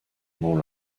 more